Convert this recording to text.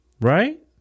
Right